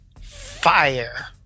Fire